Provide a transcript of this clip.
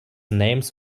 names